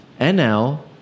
NL